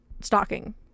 stocking